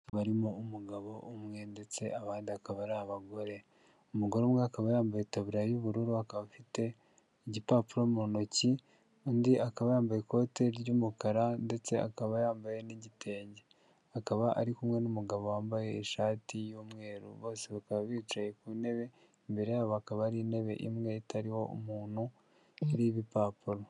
Barimo umugabo umwe ndetse abandi akaba ari abagore. Umugore umwe akaba yambaye itaburiya y'ubururu akaba afite igipapuro mu ntoki, undi akaba yambaye ikoti ry'umukara ndetse akaba yambaye n'igitenge. Akaba ari kumwe n'umugabo wambaye ishati y'umweru, bose bakaba bicaye ku ntebe, imbere yabo hakaba hari intebe imwe itariho umuntu iriho ibipapuro.